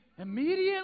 immediately